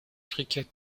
cricket